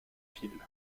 ville